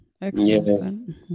Excellent